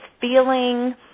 feeling